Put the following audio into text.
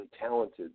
talented